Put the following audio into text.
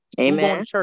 Amen